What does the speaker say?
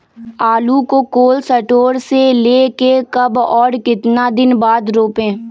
आलु को cold store से ले के कब और कितना दिन बाद रोपे?